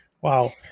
Wow